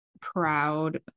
proud